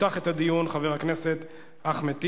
יפתח את הדיון חבר הכנסת אחמד טיבי.